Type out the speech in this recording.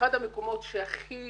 אחד המקומות שהכי